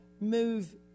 move